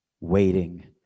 waiting